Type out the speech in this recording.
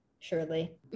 Surely